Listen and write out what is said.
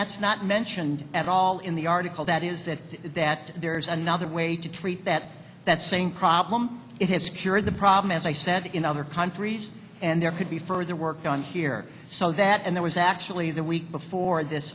that's not mentioned at all in the article that is that that there's another way to treat that that same problem it has cured the problem as i said in other countries and there could be further work done here so that and there was actually the week before this